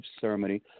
ceremony